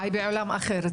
חי בעולם אחר.